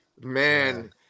Man